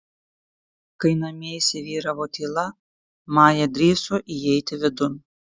kai namie įsivyravo tyla maja drįso įeiti vidun